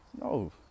No